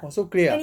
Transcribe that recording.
orh so clear ah